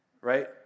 Right